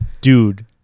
Dude